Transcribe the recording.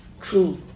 true